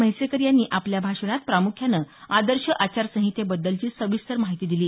म्हैसेकर यांनी आपल्या भाषणात प्रामुख्यानं आदर्श आचार संहितेबद्दलची सविस्तर माहिती दिली